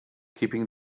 keeping